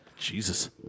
Jesus